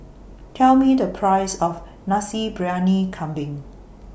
Tell Me The Price of Nasi Briyani Kambing